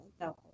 no